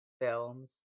films